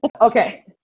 Okay